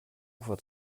ufer